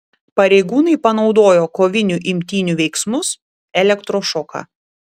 pareigūnai panaudojo kovinių imtynių veiksmus elektrošoką